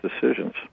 decisions